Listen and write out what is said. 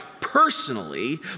personally